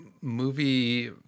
movie